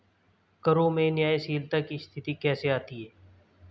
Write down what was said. करों में न्यायशीलता की स्थिति कैसे आती है?